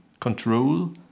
control